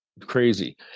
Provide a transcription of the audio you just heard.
Crazy